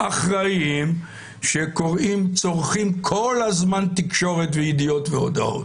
אחראיים שצורכים כל הזמן תקשורת וידיעות והודעות.